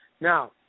Now